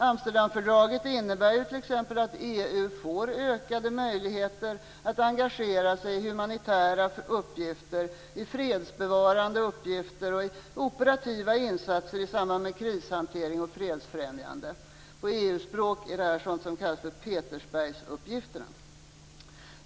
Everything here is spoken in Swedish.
Amsterdamfördraget innebär t.ex. att EU får ökade möjligheter att engagera sig i humanitära uppgifter, i fredsbevarande uppgifter, i operativa insatser i samband med krishantering och fredsfrämjande. På EU-språk är detta sådant som kallas för Petersbergsuppgifter.